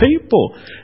people